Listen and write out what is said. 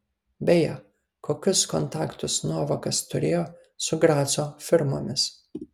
beje kokius kontaktus novakas turėjo su graco firmomis